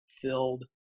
filled